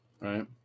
right